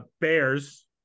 Bears